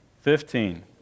fifteen